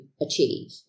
achieve